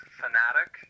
fanatic